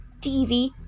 TV